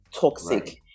Toxic